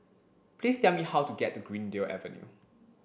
please tell me how to get to Greendale Avenue